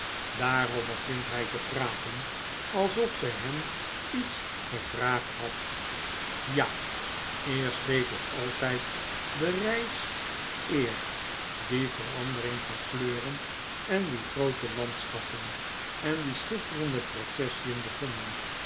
daarop begint hy te praten alsof zy herb iets gevraagd had ja eerst deed ik altijd de reis eer die verandering van kleuren en die groote landschappen en die schitterende processien begonnen